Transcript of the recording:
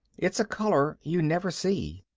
it's a color you never see.